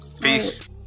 Peace